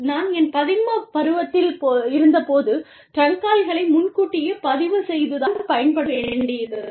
நான் என் பதின்பருவத்தில் இருந்தபோது ட்ரங்க் கால்களை முன் கூட்டியே பதிவு செய்து தான் பயன்படுத்த வேண்டியிருந்தது